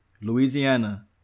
Louisiana